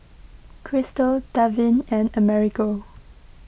Christel Darvin and Amerigo